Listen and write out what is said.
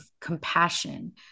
compassion